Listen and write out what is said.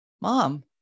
Mom